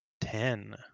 Ten